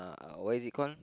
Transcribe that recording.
uh what is it call